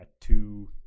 two